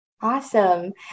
Awesome